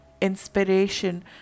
inspiration